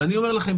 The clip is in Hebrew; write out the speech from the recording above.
ואני אומר לכם,